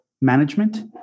Management